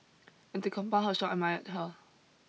and to compound her shock admired her